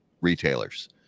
retailers